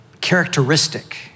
characteristic